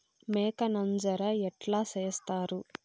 మేక నంజర ఎట్లా సేస్తారు?